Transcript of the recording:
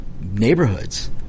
neighborhoods